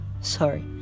sorry